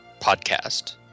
podcast